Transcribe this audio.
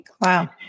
Wow